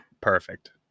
Perfect